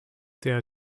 their